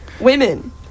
women